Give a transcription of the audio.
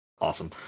awesome